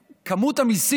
במה הוא מתפאר?